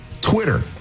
Twitter